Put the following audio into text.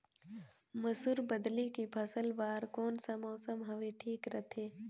मसुर बदले के फसल बार कोन सा मौसम हवे ठीक रथे?